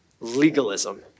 legalism